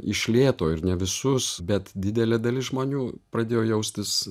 iš lėto ir ne visus bet didelė dalis žmonių pradėjo jaustis